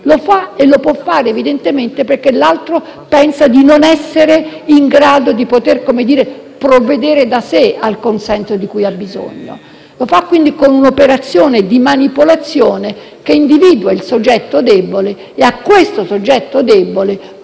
lo fa e lo può fare evidentemente perché l'altro pensa di non essere in grado di provvedere da sé al consenso di cui ha bisogno. Lo fa quindi con un'operazione di manipolazione con cui individua il soggetto debole per poi proporgli